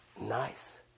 nice